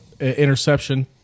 interception